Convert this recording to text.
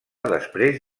després